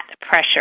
pressure